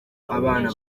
abana